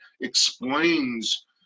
explains